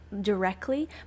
directly